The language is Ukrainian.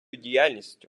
діяльністю